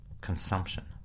consumption